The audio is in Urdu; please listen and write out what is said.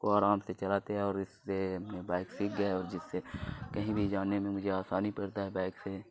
کو آرام سے چلاتے ہے اور اس سے ہم نے بائک سیکھ گیے اور جس سے کہیں بھی جانے میں مجھے آسانی پڑتا ہے بائک سے